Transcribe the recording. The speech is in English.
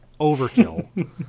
overkill